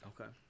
Okay